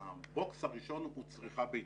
ה-box הראשון הוא צריכה ביתית.